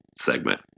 segment